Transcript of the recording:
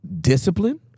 discipline